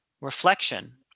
reflection